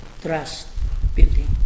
trust-building